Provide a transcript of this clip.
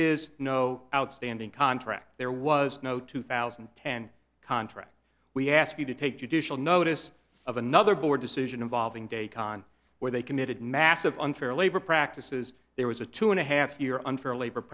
is no outstanding contract there was no two thousand and ten contract we ask you to take judicial notice of another board decision involving de con where they committed massive unfair labor practices there was a two and a half year unfair labor